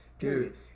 Dude